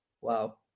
Wow